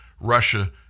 Russia